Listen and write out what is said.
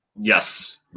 Yes